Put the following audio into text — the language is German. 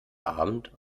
abend